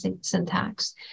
syntax